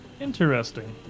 Interesting